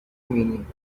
meaning